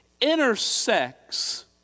intersects